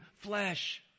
flesh